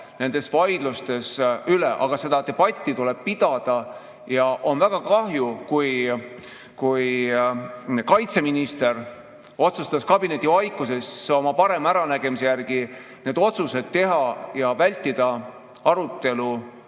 nendest vaidlustest üle. Aga seda debatti tuleb pidada ja on väga kahju, et kaitseminister otsustas kabinetivaikuses oma parema äranägemise järgi need otsused teha ja vältida arutelu